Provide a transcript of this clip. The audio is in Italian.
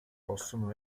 possono